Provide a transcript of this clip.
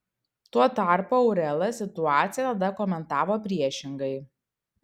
tuo tarpu aurela situaciją tada komentavo priešingai